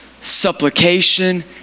supplication